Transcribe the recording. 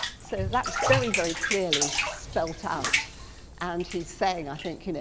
so that's very, very clearly spelt out and he's saying, i think, you know